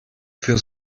für